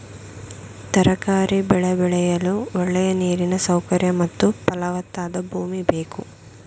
ತರಕಾರಿ ಬೆಳೆ ಬೆಳೆಯಲು ಒಳ್ಳೆಯ ನೀರಿನ ಸೌಕರ್ಯ ಮತ್ತು ಫಲವತ್ತಾದ ಭೂಮಿ ಬೇಕು